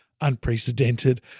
unprecedented –